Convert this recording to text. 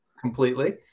completely